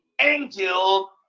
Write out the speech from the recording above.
angel